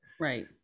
right